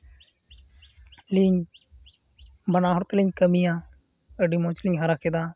ᱟᱹᱞᱤᱧ ᱵᱟᱱᱟ ᱦᱚᱲ ᱛᱮᱞᱤᱧ ᱠᱟᱹᱢᱤᱭᱟ ᱟᱹᱰᱤ ᱢᱚᱡᱽᱞᱤᱧ ᱦᱟᱨᱟ ᱠᱮᱫᱟ